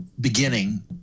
beginning